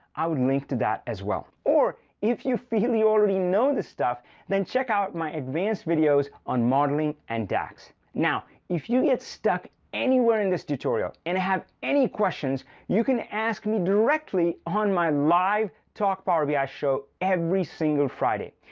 i'd link to that as well. or if you feel you already know this stuff then check out my advanced videos on modeling and dax. now if you get stuck anywhere in this tutorial and have any questions, you can ask me directly on my live talkpowerbi show every single friday.